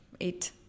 eight